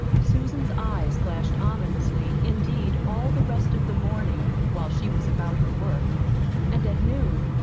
susan's eyes flashed ominously, indeed, all the rest of the morning, while she was about her work and at noon,